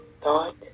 thought